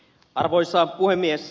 arvoisa puhemies